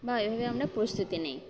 বা এভাবেই আমরা প্রস্তুতি নিই